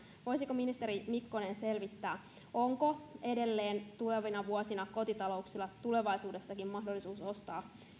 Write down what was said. voisiko ministeri mikkonen selvittää onko edelleen tulevina vuosina kotitalouksilla tulevaisuudessakin mahdollisuus ostaa